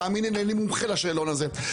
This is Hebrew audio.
תאמיני לי, אני מומחה לשאלון הזה.